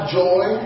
joy